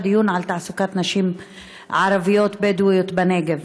דיון על תעסוקת נשים ערביות בדואיות בנגב.